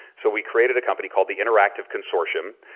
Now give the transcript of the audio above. so we created a company called the interactive consortium,